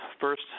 first